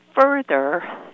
further